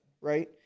right